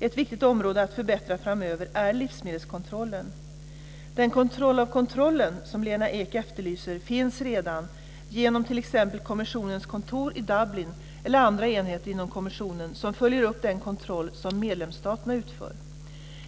Ett viktigt område att förbättra framöver är livsmedelskontrollen. Den "kontroll av kontrollen" som Lena Ek efterlyser finns redan genom t.ex. kommissionens kontor i Dublin eller andra enheter inom kommissionen som följer upp den kontroll som medlemsstaterna utför.